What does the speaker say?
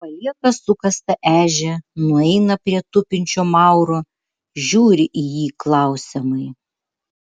palieka sukastą ežią nueina prie tupinčio mauro žiūri į jį klausiamai